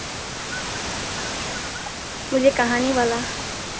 मुझे कहानी वाला